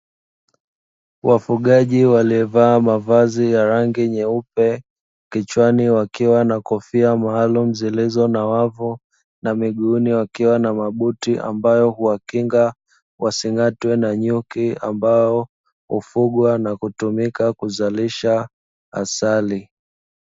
Wafugaji waliovaa mavazi ya rangi nyeupe kichwani wakiwa na kofia maalumu zilizo na wavu, na miguuni wakiwa na mabuti ambayo huwakinga wasing'atwe na nyuki, ambao hufugwa na kutumika kuzalisha asali.